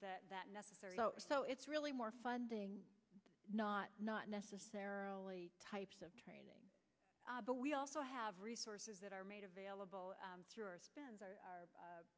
that that necessary so it's really more funding not not necessarily types of training but we also have resources that are made available through